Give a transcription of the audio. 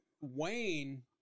Wayne